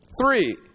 Three